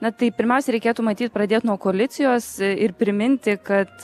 na tai pirmiausia reikėtų matyt pradėt nuo koalicijos ir priminti kad